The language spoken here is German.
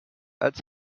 als